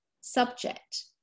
subject